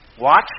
Watch